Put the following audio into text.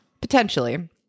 potentially